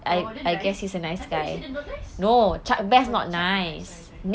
oh dia nice I thought you said dia not nice oh chuck bass sorry sorry